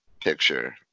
picture